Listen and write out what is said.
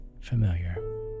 familiar